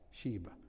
Sheba